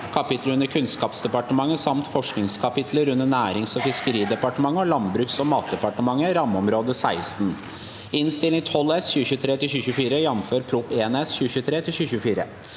kapitler under Kunnskapsdepartementet samt forskningskapitler under Nærings- og fiskeridepartementet og Landbruksog matdepartementet (rammeområde 16) (Innst. 12 S (2023–2024), jf. Prop. 1 S (2023–2024))